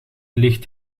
licht